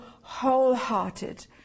wholehearted